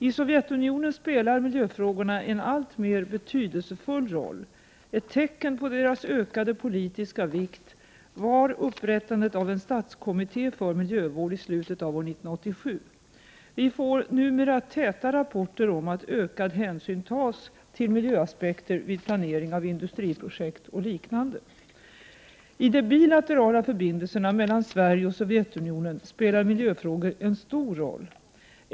I Sovjetunionen spelar miljöfrågorna en alltmer betydelsefull roll. Ett tecken på deras ökade politiska vikt var upprättandet av en statskommitté för miljövård i slutet av år 1987. Vi får numera täta rapporter om att ökad hänsyn tas till miljöaspekter vid planering av industriprojekt och liknande. I de bilaterala förbindelserna mellan Sverige och Sovjetunionen spelar miljöfrågor en stor roll.